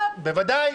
בוודאי.